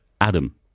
Adam